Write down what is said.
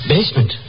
Basement